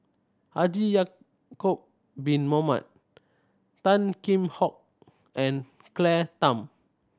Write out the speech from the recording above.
Haji Ya'acob Bin Mohamed Tan Kheam Hock and Claire Tham